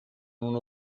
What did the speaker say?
una